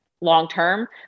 long-term